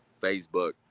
Facebook